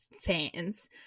fans